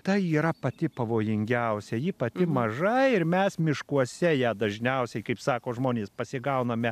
ta yra pati pavojingiausia ji pati maža ir mes miškuose ją dažniausiai kaip sako žmonės pasigauname